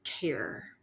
care